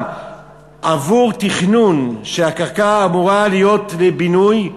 עבור תכנון שבו הקרקע אמורה להיות לבינוי,